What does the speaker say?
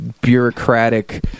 Bureaucratic